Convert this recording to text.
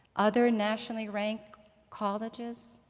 other nationally-ranked colleges,